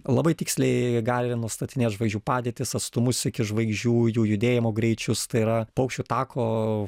labai tiksliai gali nustatinėt žvaigždžių padėtis atstumus iki žvaigždžių jų judėjimo greičius tai yra paukščių tako